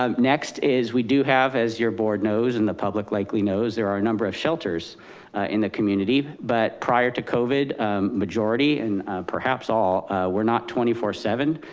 um next is we do have, as your board knows, and the public likely knows there are a number of shelters in the community, but prior to covid majority and perhaps all were not twenty four seven.